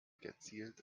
gezielt